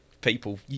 people